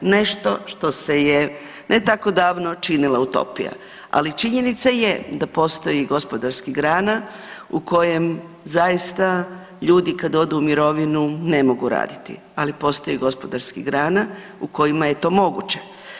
Nešto što se je ne tako davno činilo utopija, ali činjenica je da postoji gospodarskih grana u kojem zaista ljudi kad odu u mirovinu ne mogu raditi, ali postoji gospodarskih grana u kojima je to moguće.